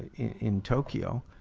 in tokyo.